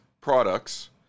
products